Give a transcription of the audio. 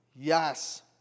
Yes